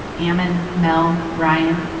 ammon, mel, ryan,